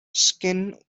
skin